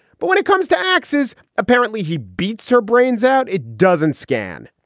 but when it comes to axes, apparently he beats her brains out. it doesn't scan.